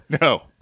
no